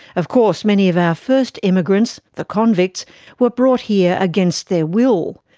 of course, many of our first immigrants the convicts were brought here against their will,